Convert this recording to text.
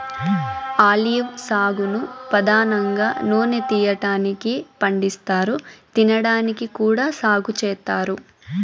olive సాగును పధానంగా నూనె తీయటానికి పండిస్తారు, తినడానికి కూడా సాగు చేత్తారు